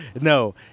no